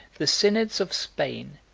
the synods of spain,